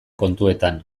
kontuetan